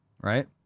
right